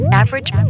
average